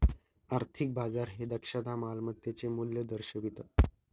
आर्थिक बाजार हे दक्षता मालमत्तेचे मूल्य दर्शवितं